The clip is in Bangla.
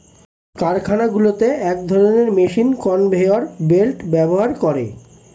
কারখানাগুলোতে এক ধরণের মেশিন কনভেয়র বেল্ট ব্যবহার করে